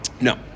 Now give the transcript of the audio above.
No